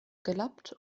gelappt